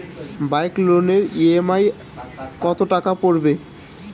Bike লোনের EMI কত টাকা পড়বে?